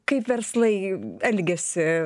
kaip verslai elgiasi